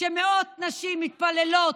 שמאות נשים מתפללות,